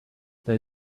they